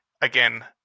again